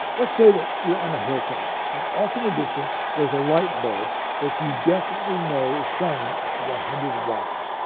let's say that you are on a hill top, and off in the distance, is a light bulb that you definitely know is shining at one hundred watts.